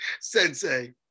sensei